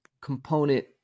component